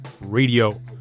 radio